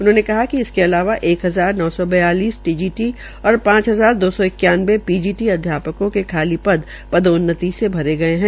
उन्होंने बताया कि इसके अलावा एक हजार नौ सौ बयालिस टीजीटी और पांच हजार दो सौ इक्यानवे पीजीटी अध्यापकों के खाली पदख़ पदोन्नति से भरे गये है